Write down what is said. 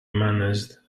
managed